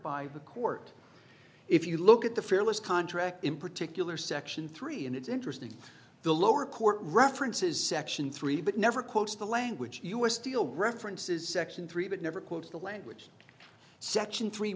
by the court if you look at the fairless contract in particular section three and it's interesting the lower court references section three but never close the language u s steel references section three but never quote the language section three